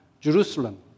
Jerusalem